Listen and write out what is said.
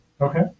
Okay